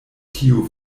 tiu